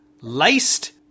laced